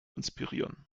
inspirieren